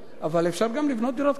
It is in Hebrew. אבל אפשר גם לבנות דירות קטנות.